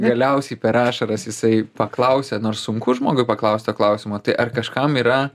galiausiai per ašaras jisai paklausė nors sunku žmogui paklaust to klausimo tai ar kažkam yra